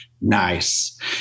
Nice